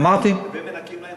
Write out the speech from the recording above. אמרתי, ומנכים להם